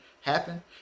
happen